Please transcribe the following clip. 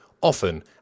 Often